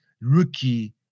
rookie